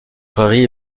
prairies